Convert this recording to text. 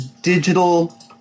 digital